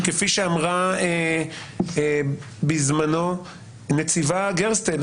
שכפי שאמרה בזמנו הנציבה גרסטל,